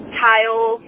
tile